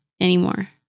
anymore